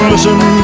Listen